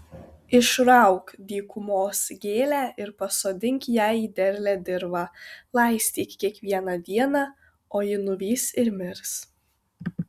išrauk dykumos gėlę ir pasodink ją į derlią dirvą laistyk kiekvieną dieną o ji nuvys ir mirs